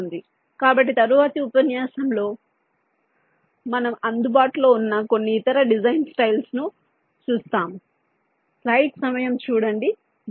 కాబట్టి తరువాతి ఉపన్యాసం లో మనం అందుబాటులో ఉన్న కొన్ని ఇతర డిజైన్ స్టైల్స్ ను చూస్తాము సమయం చూడండి 3542